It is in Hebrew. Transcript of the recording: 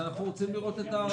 אנחנו רוצים לראות את זה.